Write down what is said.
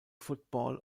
football